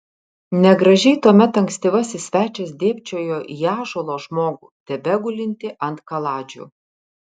negražiai tuomet ankstyvasis svečias dėbčiojo į ąžuolo žmogų tebegulintį ant kaladžių